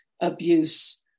abuse